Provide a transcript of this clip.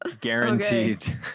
Guaranteed